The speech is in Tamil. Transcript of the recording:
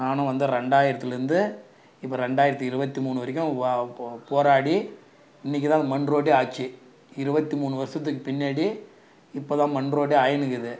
நானும் வந்து ரெண்டாயிரத்துலேருந்து இப்போ ரெண்டாயிரத்தி இருபத்தி மூணு வரைக்கும் போராடி இன்னைக்கி தான் மண்ரோடே ஆச்சு இருபத்தி மூணு வருஷத்துக்கு பின்னாடி இப்போதான் மண்ரோடே ஆயிருக்குது